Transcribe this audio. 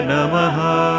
Namaha